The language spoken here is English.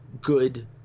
good